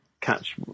catch